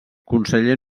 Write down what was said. conseller